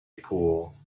pool